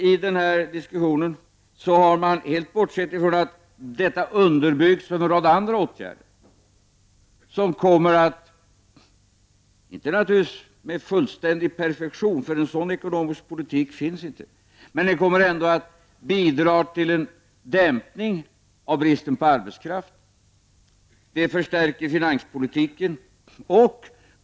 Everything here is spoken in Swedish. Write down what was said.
I diskussionen har man helt bortsett från att detta underbyggs av en rad andra åtgärder, som kommer att — naturligtvis inte med fullständig perfektion, för en sådan ekonomisk politik finns inte, men ändå — bidra till att dämpa bristen på arbetskraft och förstärka finanspolitiken.